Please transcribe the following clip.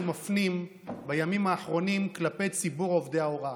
מפנים בימים האחרונים כלפי ציבור עובדי ההוראה.